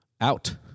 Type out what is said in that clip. out